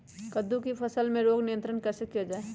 कददु की फसल में रोग नियंत्रण कैसे किया जाए?